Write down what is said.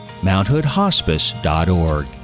mounthoodhospice.org